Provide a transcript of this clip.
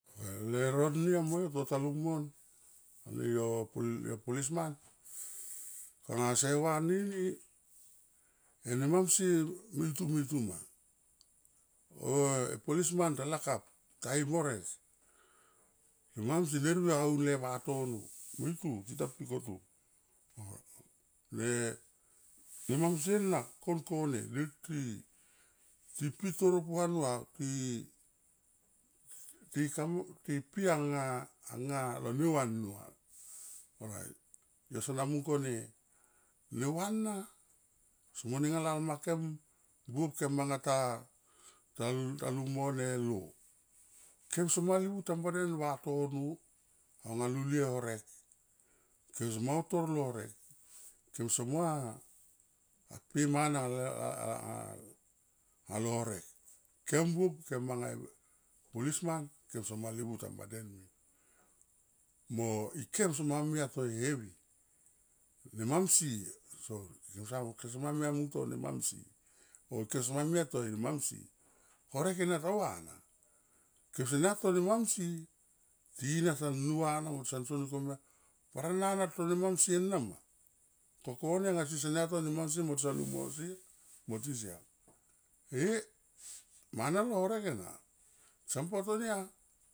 Leuro ni amo yo tota lung mon anga yo policeman, konga se va nini e nemam sie meitu, meitu ma oe policeman ta lakap ta him horek nemamsie be vriou au le vatono meitu tita pi koto ne mamsier na kon kone lek ti, ti pi toro puan nua ti pi anga lo nua nua. Orait yo sona mung kone ne va na somo nenga lalmakem buop kem manga ta, ta lung mone lo. Kem sema livu tamba den vatono anga lulie horek kese ma utor lo horek, kem somoa pe e mana alo horek kem buop kem manga e policeman kem sama livu tamba den min. Mo ikem soma mia to ehevi ne mamsie sol kem sama mia mungto ne mamsie o kem sama mia to ne mamsie horek ena ta va na kem sene a to nemamsie, tina ta nuva ana ma son soni tomia, barana na to ne namsie nama, ko kone nga sesa nia to nu ma siam mo tison lung mosier, mo ti siam e mana lo horek ena son po to nia.